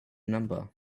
number